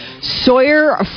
Sawyer